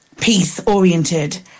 peace-oriented